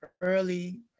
early